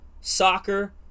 soccer